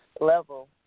level